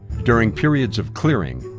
during periods of clearing,